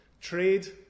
Trade